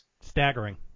Staggering